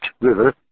River